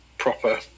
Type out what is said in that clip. proper